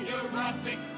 erotic